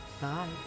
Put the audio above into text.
Bye